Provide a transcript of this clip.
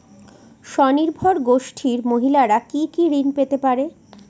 স্বনির্ভর গোষ্ঠীর মহিলারা কি কি ঋণ পেতে পারে?